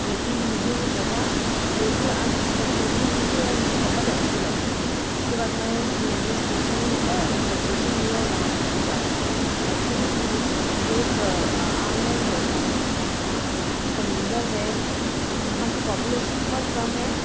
لیکن مجھے وہ جگہ بالکل ان ایکسپیکٹڈلی ملی اور بہت اچھی لگی اس کے بعد میں میں نے اسپیشلی ایک ویکیشن لی اور وہاں پر گزاری ایکچولی یہ ایک آئیلینڈ جیسا ہے سمندر ہے وہاں کی پاپولیشن بہت کم ہے